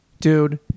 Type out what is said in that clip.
dude